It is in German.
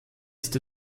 ist